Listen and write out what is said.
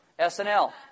snl